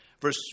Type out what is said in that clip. Verse